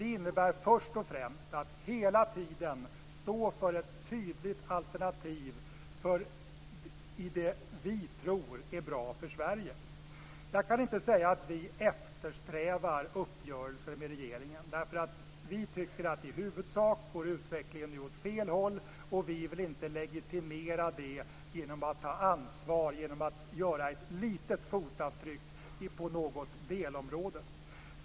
Det innebär först och främst att hela tiden stå för ett tydligt alternativ när det gäller det vi tror är bra för Sverige. Jag kan inte säga att vi eftersträvar uppgörelser med regeringen. Vi tycker att utvecklingen nu i huvudsak går åt fel håll. Vi vill inte legitimera detta genom att ta ansvar, genom att göra ett litet fotavtryck på något delområde.